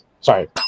sorry